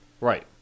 Right